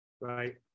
right